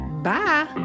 Bye